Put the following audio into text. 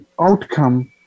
outcome